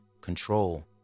control